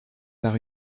par